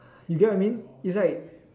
you get what I mean it's like